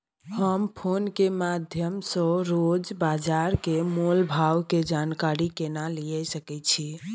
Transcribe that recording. हम फोन के माध्यम सो रोज बाजार के मोल भाव के जानकारी केना लिए सके छी?